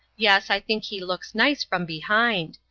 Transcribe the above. yes, i think he looks nice from behind.